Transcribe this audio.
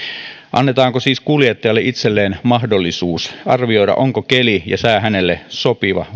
annetaanko siis kuljettajalle itselleen mahdollisuus arvioida onko keli ja sää hänelle sopiva